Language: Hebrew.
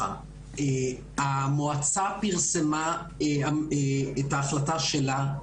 המועצה פרסמה את ההחלטה שלה,